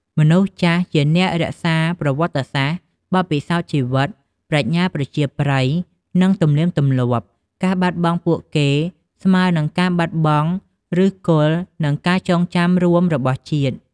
មនុស្សចាស់ ជាអ្នករក្សាប្រវត្តិសាស្ត្រ បទពិសោធន៍ជីវិត ប្រាជ្ញាប្រជាប្រិយ និងទំនៀមទម្លាប់ ការបាត់បង់ពួកគេគឺស្មើនឹងការបាត់បង់ឫសគល់ និងការចងចាំរួមរបស់ជាតិ។